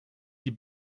die